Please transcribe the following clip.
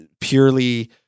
purely